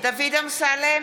דוד אמסלם,